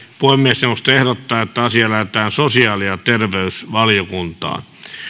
puhemiesneuvosto ehdottaa että asia lähetetään sosiaali ja terveysvaliokuntaan